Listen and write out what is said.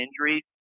injuries